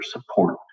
support